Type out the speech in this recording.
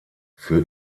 für